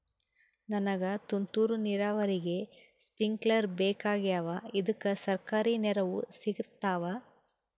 ನನಗ ತುಂತೂರು ನೀರಾವರಿಗೆ ಸ್ಪಿಂಕ್ಲರ ಬೇಕಾಗ್ಯಾವ ಇದುಕ ಸರ್ಕಾರಿ ನೆರವು ಸಿಗತ್ತಾವ?